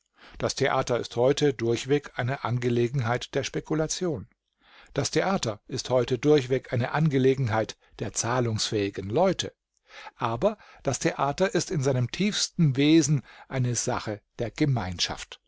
das theater ist heute durchweg eine angelegenheit der spekulation das theater ist heute durchweg eine angelegenheit der zahlungsfähigen leute aber das theater ist in seinem tiefsten wesen eine sache der gemeinschaft